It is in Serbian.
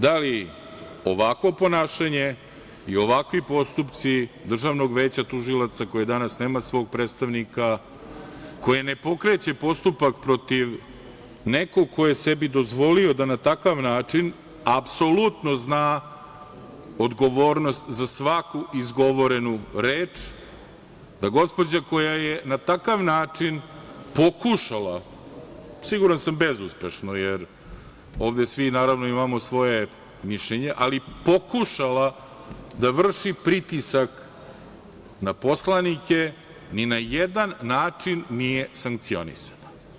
Da li ovakvo ponašanje i ovakvi postupci Državnog veća tužilaca, koje danas nema svog predstavnika, koje ne pokreće postupak protiv nekog ko je sebi dozvolio da na takav način apsolutno zna odgovornost za svaku izgovorenu reč, da gospođa koja je na takav način pokušala, siguran sam bezuspešno, jer ovde svi imamo svoje mišljenje, ali pokušala da vrši pritisak na poslanike, ni na jedan način nije sankcionisana?